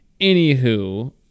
Anywho